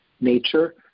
nature